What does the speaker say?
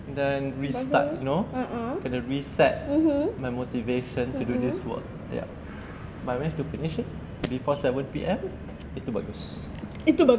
then restart you know kena reset my motivation to do this work ya I have to finish it before seven P_M itu bagus